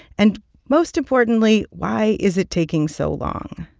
and most importantly, why is it taking so long?